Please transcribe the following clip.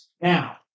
Now